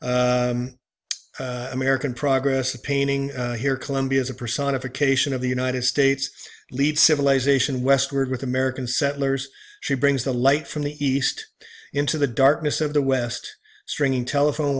s american progress of painting here columbia as a personification of the united states lead civilization westward with american settlers she brings the light from the east into the darkness of the west stringing telephone